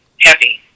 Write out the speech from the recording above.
heavy